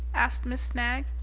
asked miss snagg.